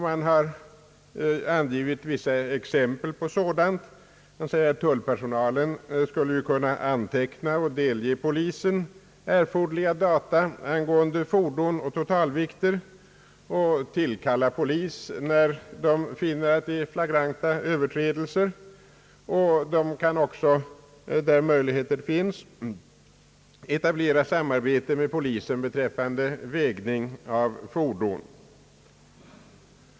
Man har angivit vissa exempel på sådana; tullpersonalen skulle kunna anteckna och delge polisen erforderliga data angående fordon och totalvikter och tillkalla polis vid flagranta överträdelser. Där möjligheter finns kan de etablera samarbete med polisen beträffande vägning av fordon.